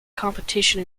competition